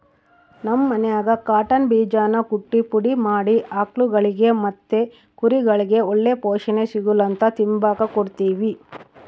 ನಮ್ ಮನ್ಯಾಗ ಕಾಟನ್ ಬೀಜಾನ ಕುಟ್ಟಿ ಪುಡಿ ಮಾಡಿ ಆಕುಳ್ಗುಳಿಗೆ ಮತ್ತೆ ಕುರಿಗುಳ್ಗೆ ಒಳ್ಳೆ ಪೋಷಣೆ ಸಿಗುಲಂತ ತಿಂಬಾಕ್ ಕೊಡ್ತೀವಿ